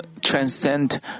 transcend